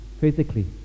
physically